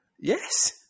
Yes